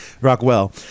Rockwell